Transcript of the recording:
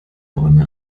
bäume